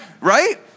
right